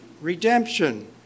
redemption